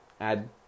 add